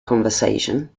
conversation